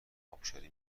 ابشاری